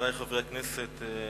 חברי חברי הכנסת,